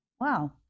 Wow